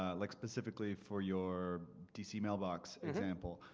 ah like specifically for your dc mailbox example.